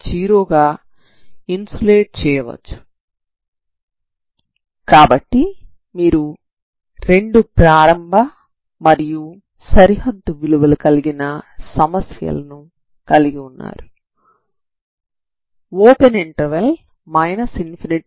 కాబట్టి మీరు రెండు ప్రారంభ మరియు సరిహద్దు విలువలు కలిగిన సమస్యలను కలిగి ఉన్నారు